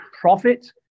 profit